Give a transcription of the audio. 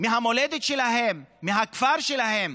מהמולדת שלהם, מהכפר שלהם,